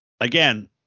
again